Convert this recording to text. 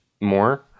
more